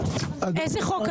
איזה חוק?